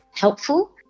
helpful